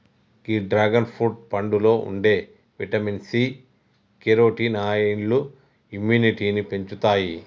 గీ dragon fruit పండులో ఉండే vitamin C, కెరోటినాయిడ్లు ఇమ్యునిటీని పెంచుతాయి